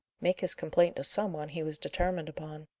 make his complaint to some one, he was determined upon.